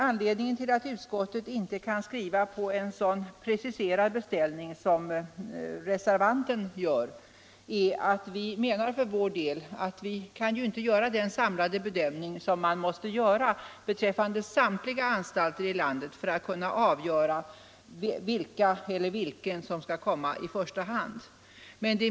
Anledningen till att utskottet inte kan skriva en så preciserad beställning som reservanten vill är att utskottet inte anser sig kunna göra den samlade bedömning av alla anstalter i landet som krävs för att avgöra vilken eller vilka som skall komma i första hand.